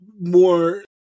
More